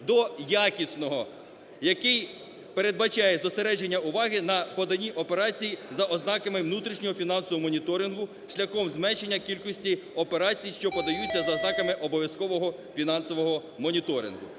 до якісного, який передбачає зосередження уваги на подані операцій за ознаками внутрішнього фінансового моніторингу шляхом зменшення кількості операцій, що подаються за ознаками обов'язкового фінансового моніторингу